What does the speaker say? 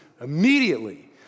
immediately